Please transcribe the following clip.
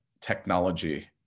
technology